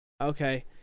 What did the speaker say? okay